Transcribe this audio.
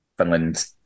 Finland